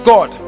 God